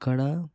అక్కడ